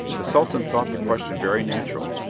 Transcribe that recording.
the sultan thought the question very natural,